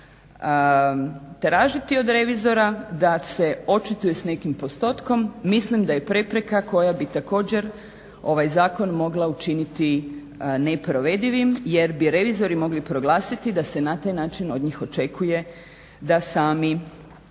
Tražiti od revizora da se očituje s nekim postotkom, mislim da je prepreka koja bi također ovaj zakon mogla učiniti neprovedivi, jer bi revizori mogli proglasiti da se na taj način od njih očekuje da sami,